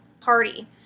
party